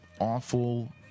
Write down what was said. awful